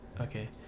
Okay